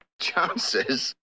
Chances